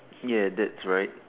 ya that's right